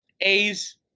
A's